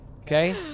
Okay